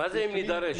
מה זה, אם נידרש?